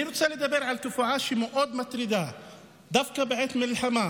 אני רוצה לדבר על תופעה שהיא מאוד מטרידה דווקא בעת מלחמה,